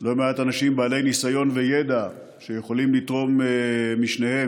לא מעט אנשים עם ניסיון וידע שיכולים לתרום משניהם,